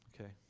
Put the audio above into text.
okay